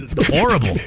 horrible